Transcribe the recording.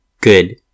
good